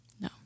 No